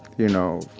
you know,